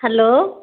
hello